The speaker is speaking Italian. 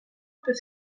per